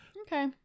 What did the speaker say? Okay